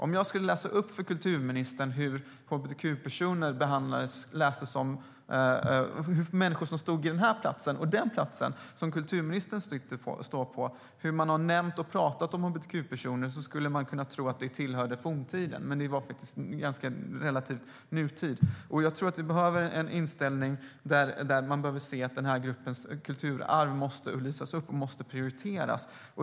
Om jag skulle läsa upp för kulturministern hur människor som stod på den plats där jag nu står och den plats där kulturministern nu står har benämnt och talat om hbtq-personer skulle man kunna tro att det tillhörde forntiden. Men det var i relativ nutid. Jag tror att vi behöver en inställning där man ser att denna grupps kulturarv måste belysas och prioriteras.